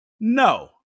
No